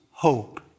Hope